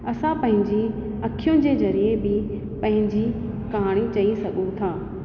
असां पंहिंजी अखियूं जे ज़रिए बि पंहिंजी कहाणी चई सघूं था